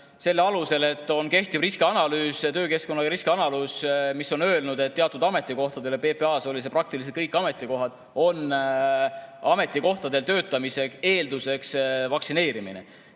selle alusel, et on kehtiv riskianalüüs, töökeskkonna riskianalüüs, kus on öeldud, et teatud ametikohtadel – PPA‑s olid need praktiliselt kõik ametikohad – töötamise eelduseks on vaktsineerimine.